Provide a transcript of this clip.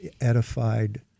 edified